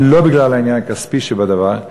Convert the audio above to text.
ולא בגלל העניין הכספי שבדבר.